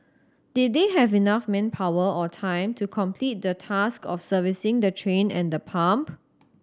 did they have enough manpower or time to complete the task of servicing the train and the pump